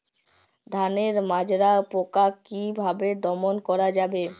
ধানের মাজরা পোকা কি ভাবে দমন করা যাবে?